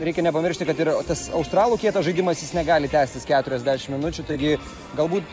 reikia nepamiršti kad yra tas australų kietas žaidimas jis negali tęstis keturiasdešimt minučių taigi galbūt